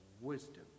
wisdom